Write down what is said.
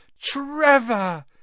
Trevor